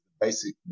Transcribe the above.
basic